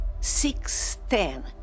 six-ten